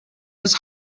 was